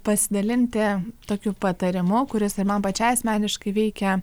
pasidalinti tokiu patarimu kuris ir man pačiai asmeniškai veikia